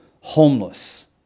homeless